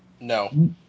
No